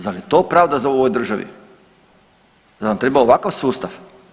Zar je to pravda u ovoj državi, zar nam treba ovakav sustav?